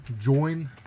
join